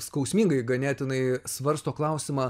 skausmingai ganėtinai svarsto klausimą